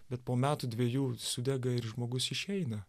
bet po metų dvejų sudega ir žmogus išeina